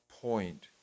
point